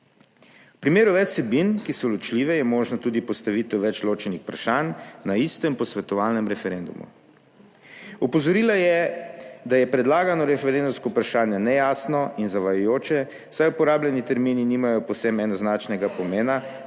V primeru več vsebin, ki so ločljive je možna tudi postavitev več ločenih vprašanj na istem posvetovalnem referendumu. Opozorila je, da je predlagano referendumsko vprašanje nejasno in zavajajoče, saj uporabljeni termini nimajo povsem enoznačnega pomena,